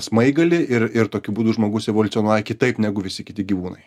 smaigalį ir ir tokiu būdu žmogus evoliucionuoja kitaip negu visi kiti gyvūnai